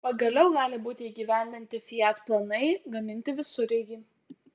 pagaliau gali būti įgyvendinti fiat planai gaminti visureigį